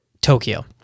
Tokyo